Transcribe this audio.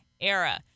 era